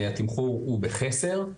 התמחור הוא בחסר,